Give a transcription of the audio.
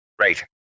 Right